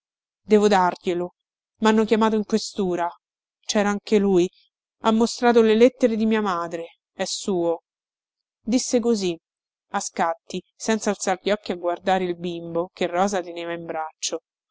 devo darglielo mhanno chiamato in questura cera anche lui ha mostrato le lettere di mia madre è suo disse così a scatti senza alzar gli occhi a guardare il bimbo che rosa teneva in braccio